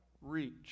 reach